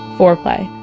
foreplay.